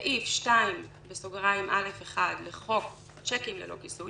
סעיף 2(א)1 לחוק צ'קים ללא כיסוי,